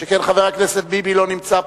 שכן חבר הכנסת ביבי לא נמצא פה,